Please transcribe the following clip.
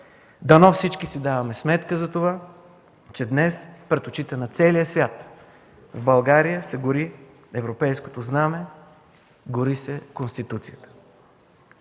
Дано всички си даваме сметка за това, че днес пред очите на целия свят в България се гори европейското знаме, гори се Конституцията.